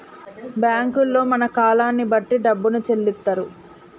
బ్యాంకుల్లో మన కాలాన్ని బట్టి డబ్బును చెల్లిత్తరు